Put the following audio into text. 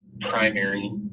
primary